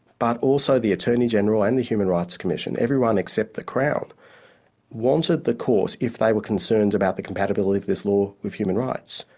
but also the attorney-general and the human rights commission everyone except the crown wanted the court, if they were concerned about the compatibility of this law of human rights,